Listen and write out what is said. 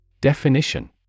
Definition